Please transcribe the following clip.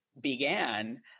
began